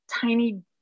tiny